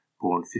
born